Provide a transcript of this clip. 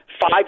Five